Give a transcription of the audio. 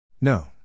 No